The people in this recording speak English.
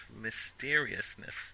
mysteriousness